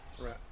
Right